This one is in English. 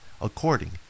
according